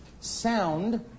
sound